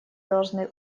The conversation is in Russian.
должны